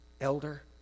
elder